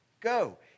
Go